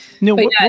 No